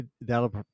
that'll